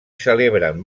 celebren